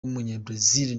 w’umunyabrazil